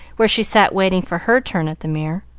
where she sat waiting for her turn at the mirror.